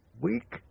weak